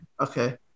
Okay